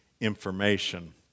information